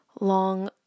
long